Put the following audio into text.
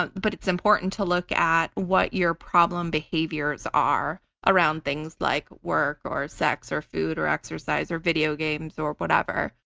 but but it's important to look at what your problem behaviors are around things like work or sex or food or exercise or video games or whatever.